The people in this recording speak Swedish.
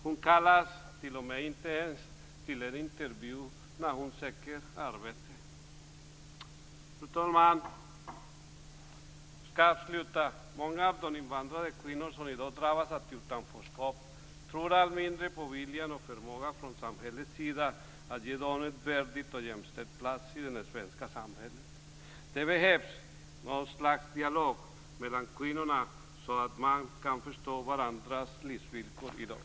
Hon kallas inte ens till intervju när hon söker arbete. Fru talman! Många av de invandrade kvinnor som i dag drabbas av utanförskapet tror allt mindre på viljan och förmågan från samhällets sida att ge dem en värdig och jämställd plats i det svenska samhället. Det behövs ett slags dialog mellan kvinnorna så att man kan förstå varandras livsvillkor i dag.